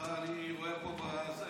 ככה אני רואה פה בפייסבוק.